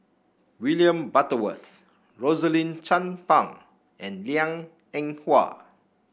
William Butterworth Rosaline Chan Pang and Liang Eng Hwa